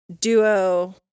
duo